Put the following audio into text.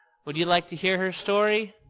would you like to hear her story?